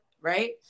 right